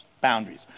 boundaries